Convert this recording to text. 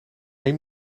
neem